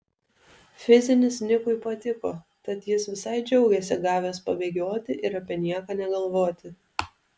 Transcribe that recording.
fizinis nikui patiko tad jis visai džiaugėsi gavęs pabėgioti ir apie nieką negalvoti